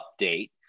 update